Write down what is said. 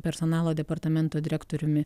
personalo departamento direktoriumi